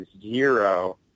zero